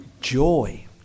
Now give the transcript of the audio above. joy